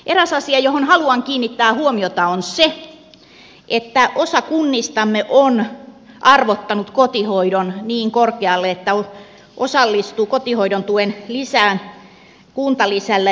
eräs asia johon haluan kiinnittää huomiota on se että osa kunnistamme on arvottanut kotihoidon niin korkealle että osallistuu kotihoidon tuen lisään kuntalisällä